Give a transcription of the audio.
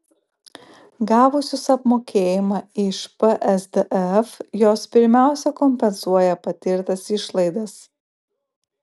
gavusios apmokėjimą iš psdf jos pirmiausia kompensuoja patirtas išlaidas